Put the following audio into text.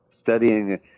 studying